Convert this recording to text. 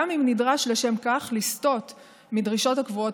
גם אם נדרש לשם כך לסטות מדרישות הקבועות